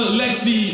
lexi